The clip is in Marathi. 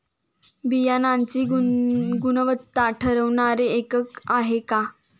बियाणांची गुणवत्ता ठरवणारे एकक आहे का?